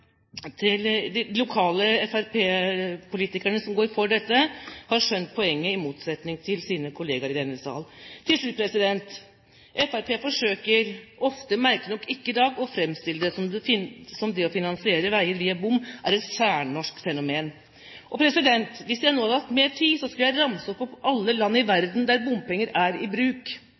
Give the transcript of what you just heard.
har de lokale fremskrittspartipolitikerne som går for dette, skjønt poenget, i motsetning til sine kollegaer i denne sal. Til slutt: Fremskrittspartiet forsøker ofte – merkelig nok ikke i dag – å framstille det som det å finansiere veier via bom er et særnorsk fenomen. Hvis jeg nå hadde hatt mer tid, skulle jeg ha ramset opp alle land i verden der bompenger er i bruk.